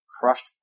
crushed